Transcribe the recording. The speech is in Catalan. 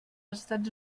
estats